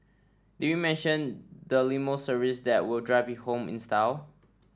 did we mention the limo service that will drive you home in style